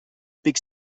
pic